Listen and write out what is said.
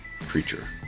creature